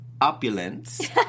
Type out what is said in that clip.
opulence